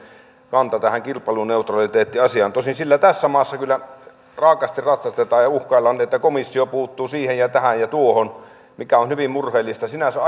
kanta tähän kilpailuneutraliteettiasiaan tosin sillä tässä maassa kyllä raakasti ratsastetaan ja uhkaillaan että komissio puuttuu siihen ja tähän ja tuohon mikä on hyvin murheellista sinänsä